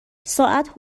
ساعت